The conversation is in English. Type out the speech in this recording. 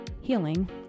healing